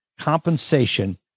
compensation